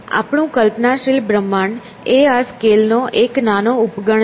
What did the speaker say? આપણું કલ્પનાશીલ બ્રહ્માંડ એ આ સ્કેલ નો એક નાનો ઉપગણ છે